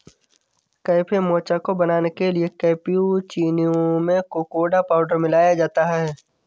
cafe mocha को बनाने के लिए कैप्युचीनो में कोकोडा पाउडर मिलाया जाता है